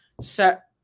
set